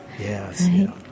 Yes